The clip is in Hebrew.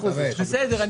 בסדר,